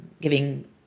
giving